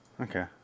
okay